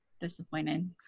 disappointed